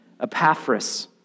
Epaphras